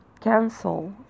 Cancel